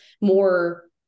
more